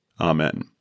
Amen